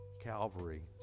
Calvary